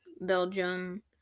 Belgium